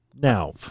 now